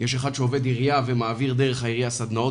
יש אחד שעובד עירייה ומעביר דרך העירייה סדנאות